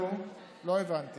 נו, לא הבנתי.